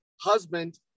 husband